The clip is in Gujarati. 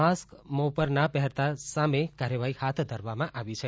માસ્ક મોં પર ના પહેર તા સામે કાર્યવાહી હાથ ધરવામાં આવી છે